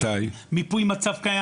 מיפוי מצב קיים.